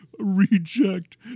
reject